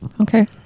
Okay